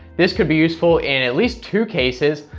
this could be useful in at least two cases,